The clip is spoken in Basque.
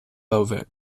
daude